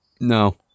No